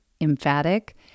emphatic